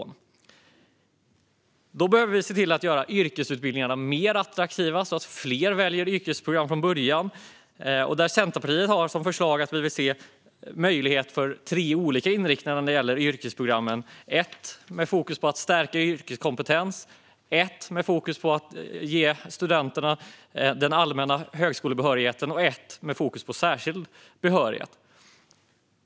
Därför behöver vi se till att göra yrkesutbildningarna mer attraktiva, så att fler väljer yrkesprogrammen från början. Centerpartiet vill se möjlighet till tre olika inriktningar när det gäller yrkesprogrammen - en där fokus är att stärka yrkeskompetens, en där fokus är att ge studenterna allmän högskolebehörighet och en där fokus är särskild behörighet.